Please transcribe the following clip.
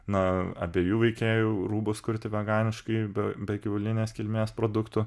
na abiejų veikėjų rūbus kurti veganiškai be be gyvulinės kilmės produktų